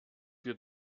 wir